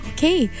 Okay